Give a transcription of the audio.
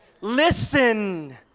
listen